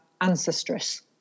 ancestress